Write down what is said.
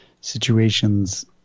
situations